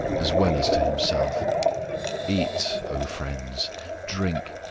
as well as to himself eat, o friends drink,